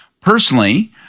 personally